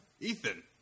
Ethan